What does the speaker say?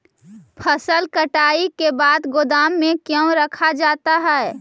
फसल कटाई के बाद गोदाम में क्यों रखा जाता है?